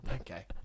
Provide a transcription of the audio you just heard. okay